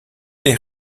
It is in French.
des